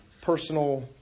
personal